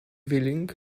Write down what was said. willing